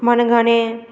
मनगणें